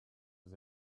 was